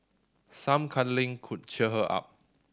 some cuddling could cheer her up